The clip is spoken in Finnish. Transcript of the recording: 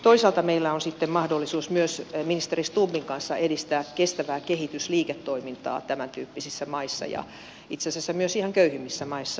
toisaalta meillä on mahdollisuus myös ministeri stubbin kanssa edistää kestävää kehitysliiketoimintaa tämäntyyppisissä maissa itse asiassa myös ihan köyhimmissä maissa